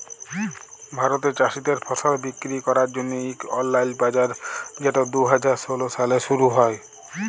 ভারতে চাষীদের ফসল বিক্কিরি ক্যরার জ্যনহে ইক অললাইল বাজার যেট দু হাজার ষোল সালে শুরু হ্যয়